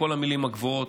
כל המילים הגבוהות.